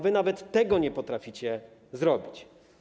Wy nawet tego nie potraficie zrobić.